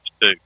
two